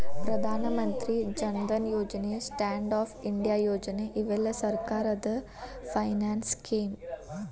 ಪ್ರಧಾನ ಮಂತ್ರಿ ಜನ್ ಧನ್ ಯೋಜನೆ stand up India ಯೋಜನೆ ಇವೆಲ್ಲ ಸರ್ಕಾರದ ಫೈನಾನ್ಸ್ ಸ್ಕೇಮ್